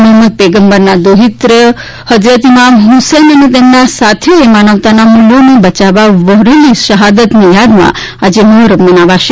મોહમંદ પયગમ્બરના દોહિત્ર હજેત ઇમામ હુસેન અને તેમના સાથીઓએ માનવતાના મુલ્યો બચાવવા વહોરેલી રાહાદતની યાદમાં આજે મહોરમ મનાવાશે